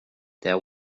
there